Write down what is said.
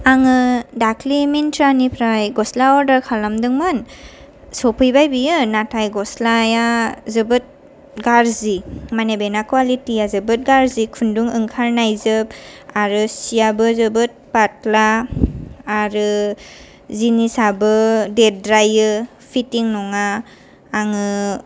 आङो दाख्लै मेन्ट्रानिफ्राय गस्ला अर्डार खालामदोंमोन सफैबाय बेयो नाथाय गस्लाया जोबोद गाज्रि मानि बेना कवालिटीया जोबोद गाज्रि खुन्दुं ओंखारनायजोब आरो सियाबो जोबोद फाटला आरो जिनिसयाबो देरद्रायो फिटिं नङा आङो